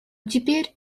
теперь